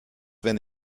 wenn